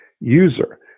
user